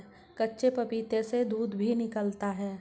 कच्चे पपीते से दूध भी निकलता है